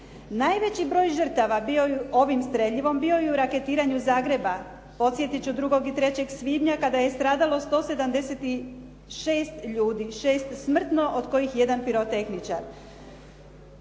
Najveći broj žrtava ovim streljivom bio je u raketiranju Zagreba. Podsjetit ću 2. i 3. svibnja kada je stradalo 176 ljudi. 6 smrtno od kojih jedan pirotehničar.